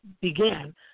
began